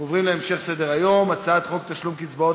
אנחנו עוברים להמשך סדר-היום: הצעת חוק תשלום קצבאות